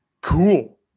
cool